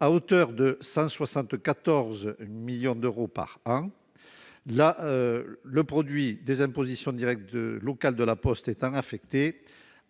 à hauteur de 174 millions d'euros par an. Le produit des impositions directes locales de La Poste étant affecté